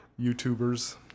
YouTubers